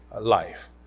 life